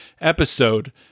episode